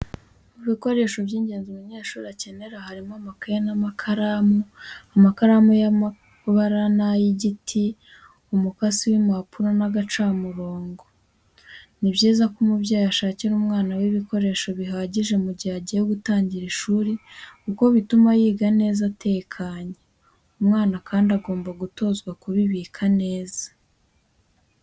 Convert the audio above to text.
Mu bikoresho by'ngenzi umunyeshuri akenera harimo amakaye n'amakaramu, amakaramu y'amabara n'ay'igiti, umukasi w'impapuro n'agacamurongo, bni byiza ko umubyeyi ashakira umwana we ibikoresho bihagije mu gihe agiye gutangira ishuri kuko bituma yiga neza atekanye, umwana kandi agomba gutozwa kubibika neza.